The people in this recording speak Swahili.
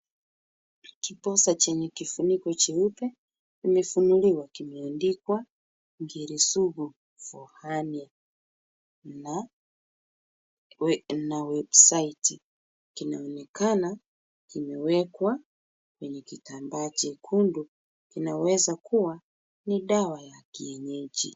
Kiposa chenye kifuniko cheupe kimefunuliwa. Kimeandikwa Ngiri Sugu for hernia na websiti . Kinaonekana kimewekwa wenye kitambaa chekundu. Kinaweza kuwa ni dawa ya kienyeji.